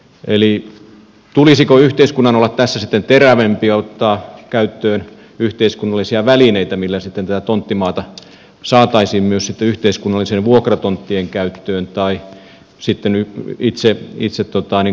eli tulisiko yhteiskunnan olla tässä sitten terävämpi ja ottaa käyttöön yhteiskunnallisia välineitä joilla sitten tätä tonttimaata saataisiin myös sitten yhteiskunnalliseen vuokratonttien käyttöön tai sitten itse kaupunkien omistukseen